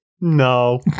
no